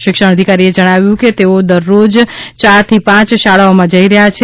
શિક્ષણ અધિકારીએ જણાવ્યું કે અમે દરરોજ ચારથી પાંચ શાળાઓમાં જઈ રહ્યા છે